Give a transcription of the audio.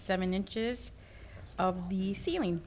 seven inches of the ceiling